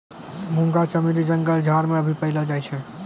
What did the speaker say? मुंगा चमेली जंगल झाड़ मे भी पैलो जाय छै